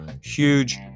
Huge